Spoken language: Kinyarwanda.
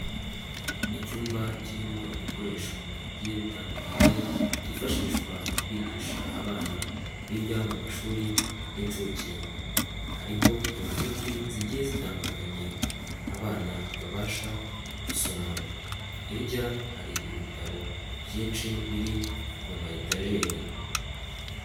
Icyumba kirimo ibikoresho bigiye bitandukanye byifashishwa mu kwigisha abana biga mu mashuri y'inshuke, hariho inyuguti zigiye zitandukanye abana babasha gusoma, hirya hari ibitabo byinshi biri mu ma etajeri.